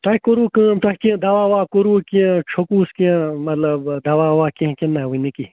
تۄہہِ کوٚروُ کٲم تۄہہِ کیٚنٛہہ دَوا وَوا کوٚروٕ کہِ چھوٚکوُس کیٚنٛہہ مطلب دَوا وَوا کیٚنٛہہ کِنۍ نَہ وٕنۍ نہٕ کہی